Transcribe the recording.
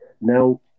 Now